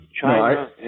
China